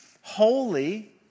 Holy